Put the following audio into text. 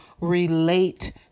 relate